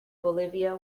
bolivia